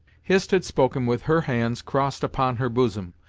hist had spoken with her hands crossed upon her bosom,